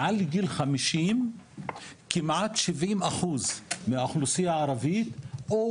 מעל גיל 50 כמעט כ-70% מהאוכלוסייה הערבית או